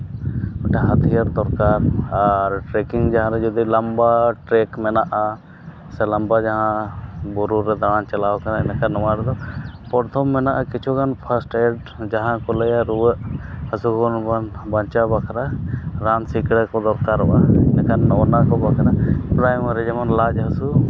ᱰᱟᱦᱟᱛᱤᱭᱟᱹ ᱫᱚᱨᱠᱟᱨ ᱟᱨ ᱴᱨᱮᱠᱤᱝ ᱡᱟᱦᱟᱸ ᱨᱮ ᱡᱩᱫᱤ ᱞᱚᱢᱵᱟ ᱴᱨᱮᱠ ᱢᱮᱱᱟᱜᱼᱟ ᱥᱮ ᱞᱚᱢᱵᱟ ᱡᱟᱦᱟ ᱵᱩᱨᱩ ᱨᱮ ᱫᱟᱲᱟᱱ ᱪᱟᱞᱟᱣ ᱠᱟᱱᱟ ᱤᱱᱟᱹ ᱠᱷᱟᱱ ᱱᱚᱣᱟ ᱨᱮᱫᱚ ᱯᱨᱚᱛᱷᱚᱢ ᱢᱮᱱᱟᱜᱼᱟ ᱠᱤᱪᱷᱩ ᱜᱟᱱ ᱯᱷᱟᱥᱴᱮᱰ ᱡᱟᱦᱟᱸ ᱠᱚ ᱞᱟᱹᱭᱟ ᱨᱩᱭᱟᱹᱜ ᱦᱟᱹᱥᱩ ᱵᱚᱱ ᱵᱟᱧᱟᱪᱟᱣ ᱵᱟᱠᱷᱨᱟ ᱨᱟᱱ ᱥᱤᱠᱲᱟᱹ ᱠᱚ ᱫᱚᱨᱠᱟᱨᱚᱜᱼᱟ ᱤᱱᱟᱹ ᱠᱷᱟᱱ ᱚᱱᱟ ᱠᱚ ᱵᱟᱠᱷᱨᱟ ᱯᱨᱟᱭᱢᱟᱹᱨᱤ ᱡᱮᱢᱚᱱ ᱞᱟᱡ ᱦᱟᱹᱥᱩ